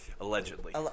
Allegedly